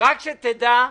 רק שתדע,